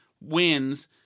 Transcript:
wins